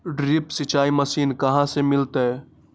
Drip सिंचाई machine कहाँ से मिलतै?